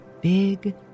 big